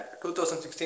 2016